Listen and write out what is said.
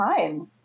time